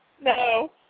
No